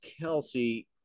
Kelsey –